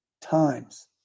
times